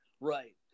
Right